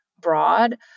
broad